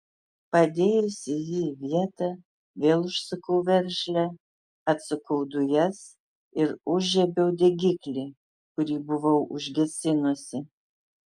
padėjusi jį į vietą vėl užsukau veržlę atsukau dujas ir užžiebiau degiklį kurį buvau užgesinusi